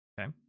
Okay